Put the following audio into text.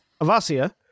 Avasia